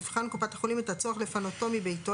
תבחן קופת החולים את הצורך לפנותו מביתו,